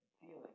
feeling